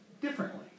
differently